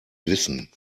wissen